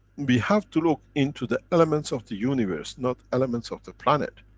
we have to look into the elements of the universe, not elements of the planet,